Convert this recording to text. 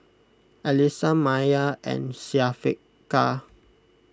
Alyssa Maya and Syafiqah